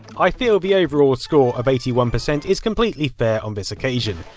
i feel the overall score of eighty one percent is completely fair on this occasion.